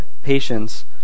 patience